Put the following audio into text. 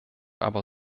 aber